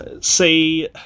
See